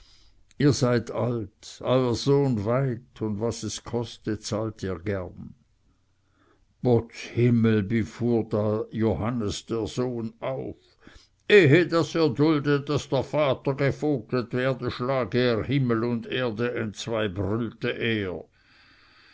ihr seiet alt euer sohn weit und was es koste zahltet ihr gern potz himmel wie fuhr da johannes der sohn auf ehe daß er dulde daß der vater gevogtet werde schlage er himmel und erde entzwei brüllte er